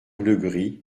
legris